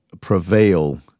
prevail